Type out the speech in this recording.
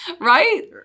right